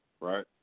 Right